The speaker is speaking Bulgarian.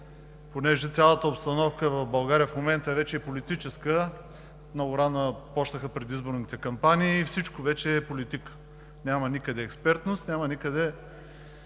понеже цялата обстановка в България в момента вече е политическа – много рано започнаха предизборните кампании. Всичко вече е политика, няма никъде експертност, няма никъде